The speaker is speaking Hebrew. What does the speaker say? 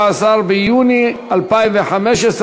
הוועדה